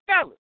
fellas